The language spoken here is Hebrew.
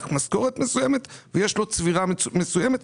משכורת מסוימת ויש לו צבירה מסוימת.